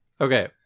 okay